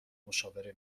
مشاوره